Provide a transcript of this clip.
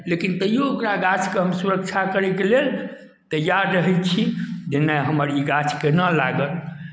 लेकिन तैओ ओकरा गाछके हम सुरक्षा करयके लेल तैआर रहै छी जे नहि हमर ई गाछ केना लागत